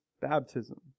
baptism